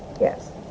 Yes